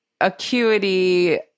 acuity